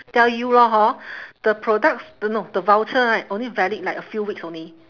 tell you lor hor the products the no the voucher right only valid like a few weeks only